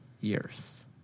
years